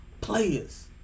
players